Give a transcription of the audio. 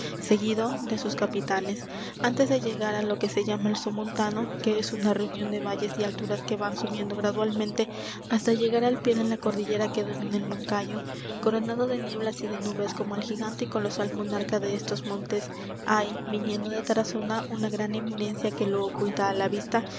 seguido de sus capitanes antes de llegar á lo que se llama el somontano que es una reunión de valles y alturas que van subiendo gradualmente hasta llegar al pie de la cordillera que domina el moncayo coronado de nieblas y de nubes como el gigante y colosal monarca de estos montes hay viniendo de tarazona una gran eminencia que lo oculta á la vista